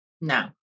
No